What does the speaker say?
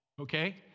Okay